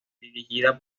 dirigida